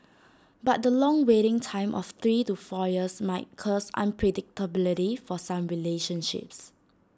but the long waiting time of three to four years might cause unpredictability for some relationships